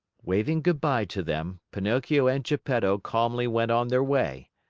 waving good-by to them, pinocchio and geppetto calmly went on their way.